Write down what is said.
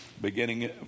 beginning